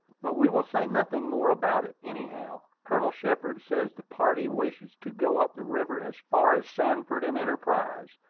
but we will say nothing more about it, anyhow. colonel shepard says the party wish to go up the river as far as sanford and enterprise,